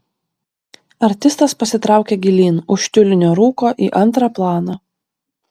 artistas pasitraukė gilyn už tiulinio rūko į antrą planą